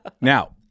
Now